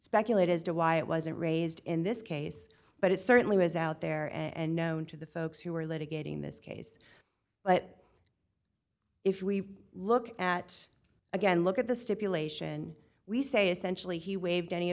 speculate as to why it wasn't raised in this case but it certainly was out there and known to the folks who are litigating this case but if we look at again look at the stipulation we say essentially he waived any